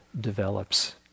develops